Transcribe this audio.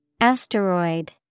Asteroid